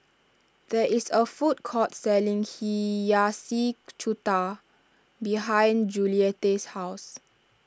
there is a food court selling Hiyashi Chuka behind Juliette's house